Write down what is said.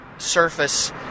surface